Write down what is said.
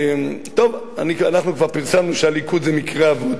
טוב, אנחנו כבר פרסמנו שהליכוד זה מקרה אבוד,